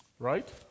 Right